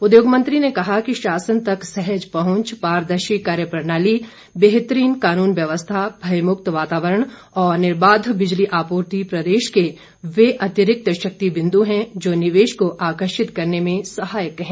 उद्योग मंत्री ने कहा कि शासन तक सहज पहुंच पारदर्शी कार्य प्रणाली बेहतरीन कानून व्यवस्था भयमुक्त वातावरण और निर्बाध बिजली आपूर्ति प्रदेश के वह अतिरिक्त शक्ति बिंदू हैं जो निवेश को आकर्षित करने में सहायक हैं